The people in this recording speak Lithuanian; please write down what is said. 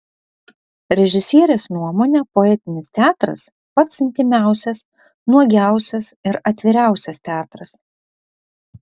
režisierės nuomone poetinis teatras pats intymiausias nuogiausias ir atviriausias teatras